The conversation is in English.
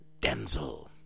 denzel